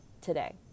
today